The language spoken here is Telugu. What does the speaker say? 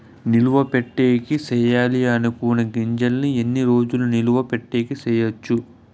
నిలువ పెట్టేకి సేయాలి అనుకునే గింజల్ని ఎన్ని రోజులు నిలువ పెట్టేకి చేయొచ్చు